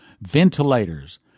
ventilators